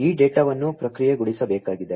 ಈ ಡೇಟಾವನ್ನು ಪ್ರಕ್ರಿಯೆಗೊಳಿಸಬೇಕಾಗಿದೆ